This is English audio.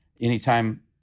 Anytime